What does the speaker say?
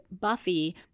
Buffy